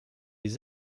les